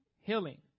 Healing